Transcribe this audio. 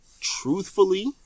truthfully